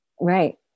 Right